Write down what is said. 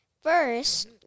First